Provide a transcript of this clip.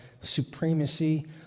supremacy